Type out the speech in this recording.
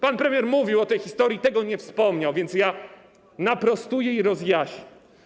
Pan premier mówił o tej historii, ale o tym nie wspomniał, więc ja naprostuję i rozjaśnię.